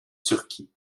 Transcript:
turquie